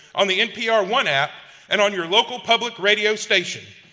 on the npr one app and on your local public radio station.